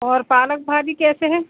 और पालक भाजी कैसे है